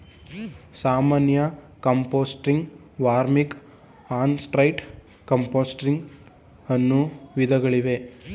ಸಾಮಾನ್ಯ composting, vermic, on site composting ಅನ್ನೂ ವಿಧಗಳಿವೆ